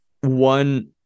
One